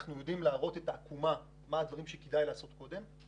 אנחנו יודעים להראות את העקומה של הדברים שכדאי לעשות קודם,